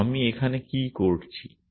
তো আমি এখানে কি করছি